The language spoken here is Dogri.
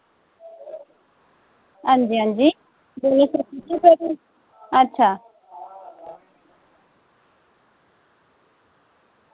हां जी हां जी अच्छा